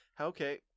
Okay